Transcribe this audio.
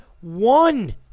one